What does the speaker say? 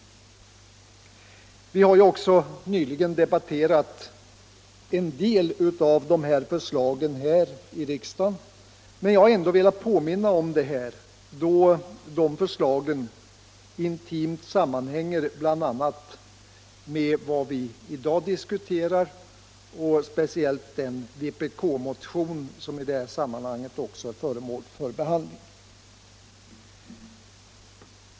Vi har också nyligen debatterat en del av dessa förslag här i riksdagen, men jag har ändå velat påminna om detta då dessa förslag intimt sammanhänger bl.a. med vad vi i dag diskuterar och speciellt med den vpk-motion som i det här sammanhanget också är föremål för behandling.